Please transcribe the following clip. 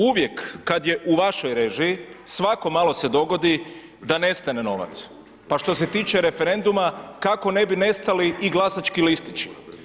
Uvijek kad je u vašoj režiji, svako malo se dogodi da nestane novac, pa što se tiče referenduma kako ne bi nestali i glasački listići?